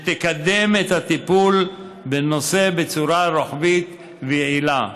שתקדם את הטיפול בנושא בצורה רוחבית ויעילה.